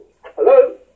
Hello